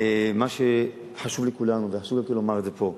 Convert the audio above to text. מה שחשוב לכולנו, וחשוב לומר את זה פה: